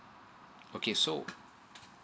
okay so